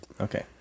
Okay